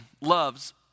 loves